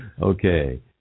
Okay